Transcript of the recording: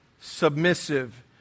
submissive